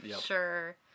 Sure